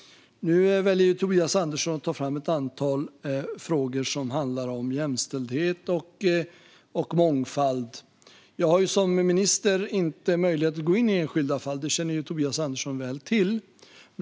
Nu väljer Tobias Andersson att ta fram ett antal frågor som handlar om jämställdhet och mångfald. Jag har som minister inte möjlighet att gå in på enskilda fall - det känner Tobias Andersson väl till.